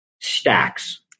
stacks